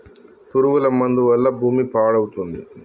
పురుగుల మందు వల్ల భూమి పాడవుతుంది